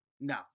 No